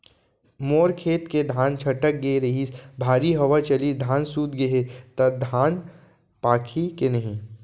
मोर खेत के धान छटक गे रहीस, भारी हवा चलिस, धान सूत गे हे, त धान पाकही के नहीं?